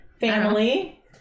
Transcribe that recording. Family